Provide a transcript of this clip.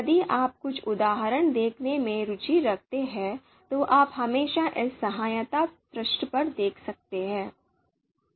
यदि आप कुछ उदाहरण देखने में रुचि रखते हैं तो आप हमेशा इस सहायता पृष्ठ पर देख सकते हैं